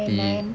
nine nine